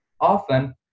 often